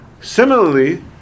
Similarly